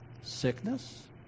sickness